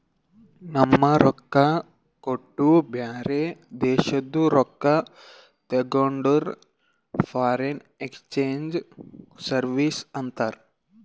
ನಮ್ ರೊಕ್ಕಾ ಕೊಟ್ಟು ಬ್ಯಾರೆ ದೇಶಾದು ರೊಕ್ಕಾ ತಗೊಂಡುರ್ ಫಾರಿನ್ ಎಕ್ಸ್ಚೇಂಜ್ ಸರ್ವೀಸ್ ಅಂತಾರ್